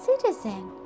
citizen